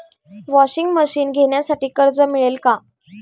Washing machine घेण्यासाठी कर्ज मिळेल का?